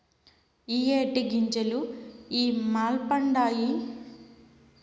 ఇయ్యే టీ గింజలు ఇ మల్పండాయి, సెప్పు బిడ్డా